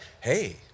hey